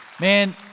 man